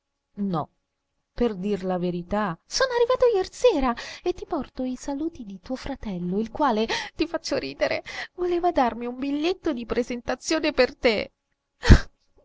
no per dire la verità sono arrivato jersera e ti porto i saluti di tuo fratello il quale ti faccio ridere voleva darmi un biglietto di presentazione per te